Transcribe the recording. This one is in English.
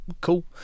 cool